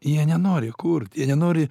jie nenori kurt jie nenori